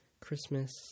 Christmas